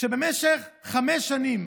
במשך חמש שנים